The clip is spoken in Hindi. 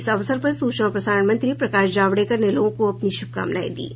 इस अवसर पर सूचना और प्रसारण मंत्री प्रकाश जावड़ेकर ने लोगों को अपनी शुभकामनाएं दीं